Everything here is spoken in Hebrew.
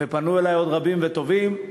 ופנו אלי עוד רבים וטובים.